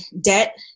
debt